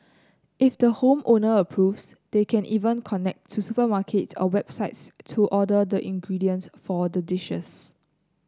if the home owner approves they can even connect to supermarkets or websites to order the ingredients for the dishes